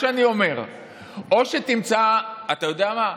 אתה יודע מה,